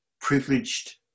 privileged